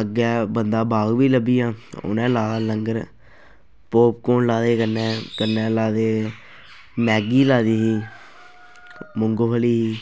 अग्गें बंदा बाकफ ई लब्भी गेआ उन्नै लाए दा लंगर पोपकोन लाए दे कन्नै कन्नै लाए दे मैगी लाई दी ही मुंगफली ही